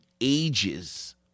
ages